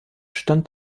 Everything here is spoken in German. stand